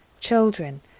children